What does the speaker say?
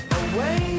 away